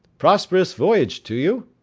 prosperous voyage to you!